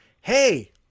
hey